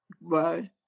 bye